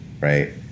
right